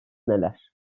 neler